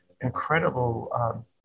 incredible